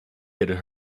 had